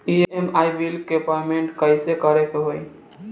EMI bill के payment कइसे करे के होई?